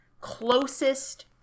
closest